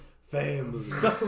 family